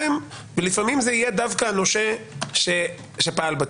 ולפעמים זה יהיה דווקא הנושה שפעל בתיק.